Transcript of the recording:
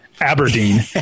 Aberdeen